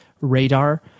radar